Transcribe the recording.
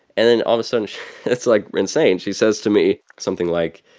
and then all of a sudden it's, like, insane. she says to me something like,